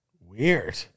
weird